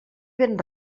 ben